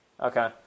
okay